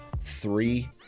Three